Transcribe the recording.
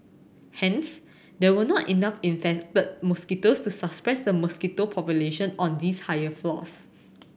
hence there were not enough infected mosquitoes to the mosquito population on these higher floors